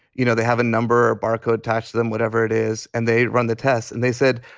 you know, they have a number barcode attached to them, whatever it is. and they run the tests and they said,